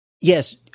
Yes